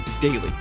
daily